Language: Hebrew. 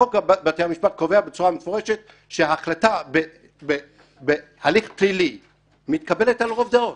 חוק בתי המשפט קובע בצורה מפורשת שהחלטה בהליך פלילי מתקבלת על רוב דעות